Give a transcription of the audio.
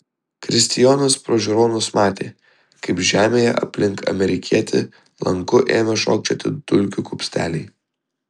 kristijanas pro žiūronus matė kaip žemėje aplink amerikietį lanku ėmė šokčioti dulkių kupsteliai